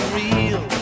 real